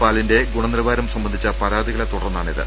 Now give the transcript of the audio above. പാലിന്റെ ഗുണ നിലവാരം സംബന്ധിച്ച പരാതികളെ തുടർന്നാണിത്